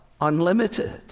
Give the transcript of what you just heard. unlimited